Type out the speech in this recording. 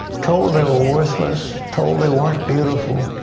told they're are worthless, told they weren't beautiful,